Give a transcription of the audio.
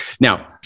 Now